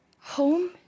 Home